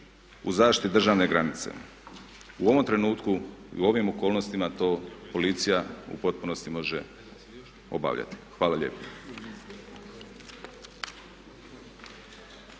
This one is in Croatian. u zaštiti državne granice. U ovom trenutku i u ovim okolnostima to policija u potpunosti može obavljati. Hvala lijepo.